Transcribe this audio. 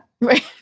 Right